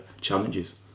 challenges